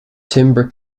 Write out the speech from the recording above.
timbre